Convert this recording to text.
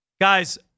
Guys